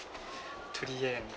to the end